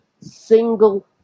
single